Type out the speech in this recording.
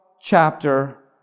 chapter